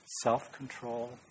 self-control